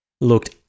looked